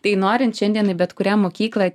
tai norint šiandien į bet kurią mokyklą